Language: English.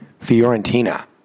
Fiorentina